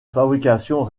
fabrication